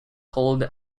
hold